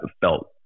felt